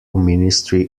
ministry